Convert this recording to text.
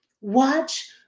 Watch